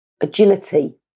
Agility